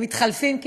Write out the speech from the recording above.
הם מתחלפים,